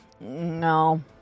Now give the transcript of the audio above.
No